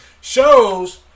shows